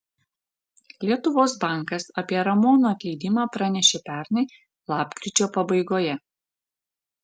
lietuvos bankas apie ramono atleidimą pranešė pernai lapkričio pabaigoje